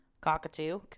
cockatoo